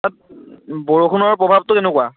বৰষুণৰ প্ৰভাৱটো কেনেকুৱা